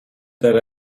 that